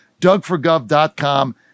Dougforgov.com